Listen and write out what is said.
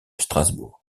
strasbourg